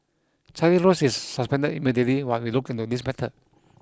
Charlie Rose is suspended immediately while we look into this matter